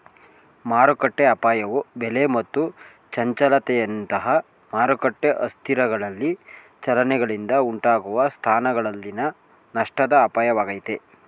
ಮಾರುಕಟ್ಟೆಅಪಾಯವು ಬೆಲೆ ಮತ್ತು ಚಂಚಲತೆಯಂತಹ ಮಾರುಕಟ್ಟೆ ಅಸ್ಥಿರಗಳಲ್ಲಿ ಚಲನೆಗಳಿಂದ ಉಂಟಾಗುವ ಸ್ಥಾನಗಳಲ್ಲಿನ ನಷ್ಟದ ಅಪಾಯವಾಗೈತೆ